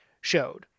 showed